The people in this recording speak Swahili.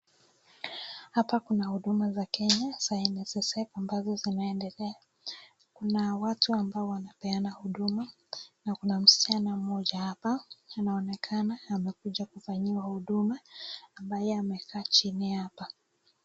Hapa kuna huduma za Kenya za NSSF ambazo zinaendelea, kuna watu ambao wanapeana huduma, na kuna msichana mmoja hapa anaonekana amekuja kufanyiwa huduma, ambaye amekaa chini hapa.